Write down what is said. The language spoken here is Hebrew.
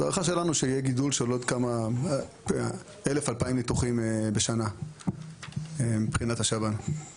זו הערכה שלנו שיהיה גידול של 1,000 2,000 ניתוחים בשנה מבחינת השב"ן.